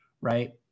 right